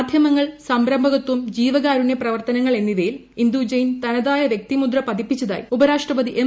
മാധ്യമങ്ങൾ സംരംഭകത്വം ജീവകാരുണ്യ പ്രവർത്തനങ്ങൾ എന്നിവയിൽ ഇന്ദു ജെയിൻ തനതായ വ്യക്തിമുദ്ര പതിപ്പിച്ചതായി ഉപരാഷ്ട്രപതി എം